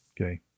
Okay